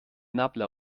nabla